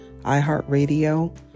iHeartRadio